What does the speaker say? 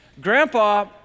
Grandpa